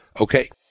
Okay